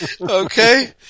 Okay